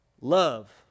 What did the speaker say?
love